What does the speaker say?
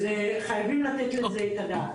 חייבים לתת לזה את הדעת.